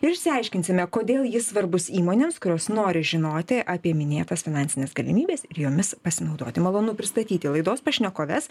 ir išsiaiškinsime kodėl jis svarbus įmonėms kurios nori žinoti apie minėtas finansines galimybes ir jomis pasinaudoti malonu pristatyti laidos pašnekoves